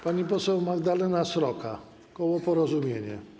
Pani poseł Magdalena Sroka, koło Porozumienie.